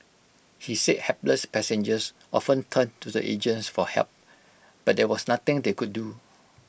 he said hapless passengers often turned to the agents for help but there was nothing they could do